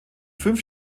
fünf